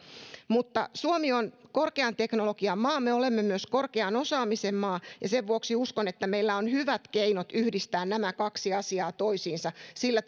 mutta suomi on korkean teknologian maa me olemme myös korkean osaamisen maa ja sen vuoksi uskon että meillä on hyvät keinot yhdistää nämä kaksi asiaa toisiinsa sillä